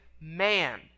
man